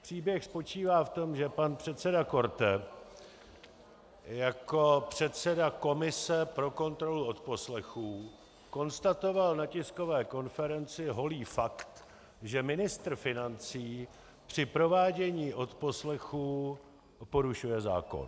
Příběh spočívá v tom, že pan předseda Korte jako předseda komise pro kontrolu odposlechů konstatoval na tiskové konferenci holý fakt, že ministr financí při provádění odposlechů porušuje zákon.